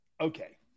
Okay